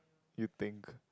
you think